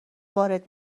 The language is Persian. وارد